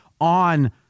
on